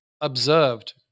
observed